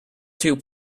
two